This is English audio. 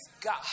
God